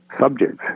subjects